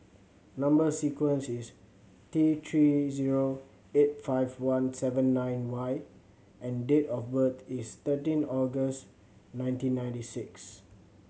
number sequence is T Three zero eight five one seven nine Y and date of birth is thirteen August nineteen ninety six